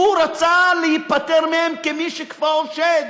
הוא רצה להיפטר מהם, כמי שכפאו שד.